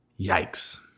Yikes